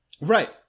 Right